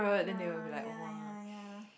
nah ya ya ya